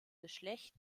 geschlecht